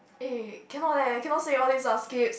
eh cannot leh cannot say all this ah skips